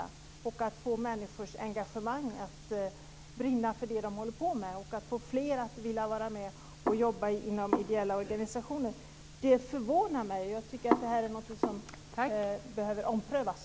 Det handlar om att få människors engagemang att brinna för det de håller på med och att få fler att vilja vara med och jobba i ideella organisationer. Detta är något som behöver omprövas.